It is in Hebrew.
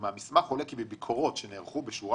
מהמסמך עולה כי בביקורות שנערכו בשורה